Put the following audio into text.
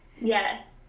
Yes